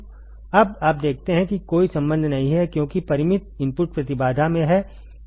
अब आप देखते हैं कि कोई संबंध नहीं है क्योंकि परिमित इनपुट प्रतिबाधा में है